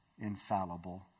infallible